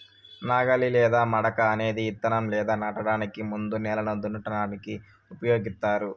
నాగలి లేదా మడక అనేది ఇత్తనం లేదా నాటడానికి ముందు నేలను దున్నటానికి ఉపయోగిస్తారు